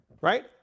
right